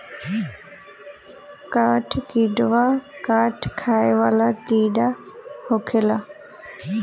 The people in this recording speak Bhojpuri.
काठ किड़वा काठ खाए वाला कीड़ा होखेले